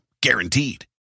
Guaranteed